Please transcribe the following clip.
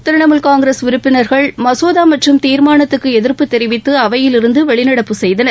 கிரிணமுல் காங்கிரஸ் உறப்பினர்கள் மசோதாமற்றம் தீர்மானத்துக்குஎதிர்ப்பு தெரிவித்துஅவையிலிருந்துவெளிநடப்பு செய்தனர்